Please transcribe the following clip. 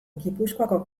gipuzkoako